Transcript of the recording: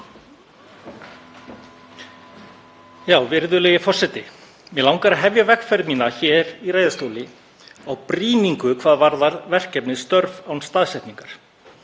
Virðulegi forseti. Mig langar að hefja vegferð mína hér í ræðustóli á brýningu hvað varðar verkefnið Störf án staðsetningar.